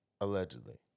Allegedly